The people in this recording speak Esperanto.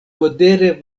modere